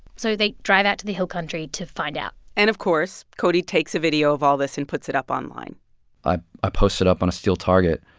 so they drive out to the hill country to find out and, of course, cody takes a video of all this and puts it up online i posted up on a steel target.